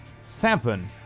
Seven